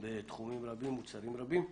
בתחומים רבים ובמוצרים רבים.